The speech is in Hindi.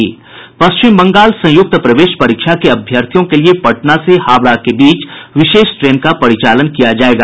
पश्चिम बंगाल संयुक्त प्रवेश परीक्षा के अभ्यर्थियों के लिए पटना से हावड़ा के बीच विशेष ट्रेन का परिचालन किया जायेगा